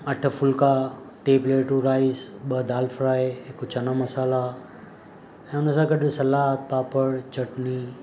अठ फुलिका टे प्लेटूं राइस ॿ दाल फ्राए हिकु चना मसाला ऐं हुन सां गॾु सलाद पापड़ चटनी